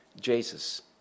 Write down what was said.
jesus